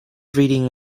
reading